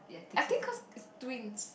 I think cause is twins